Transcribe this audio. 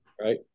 Right